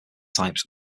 types